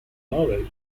vowel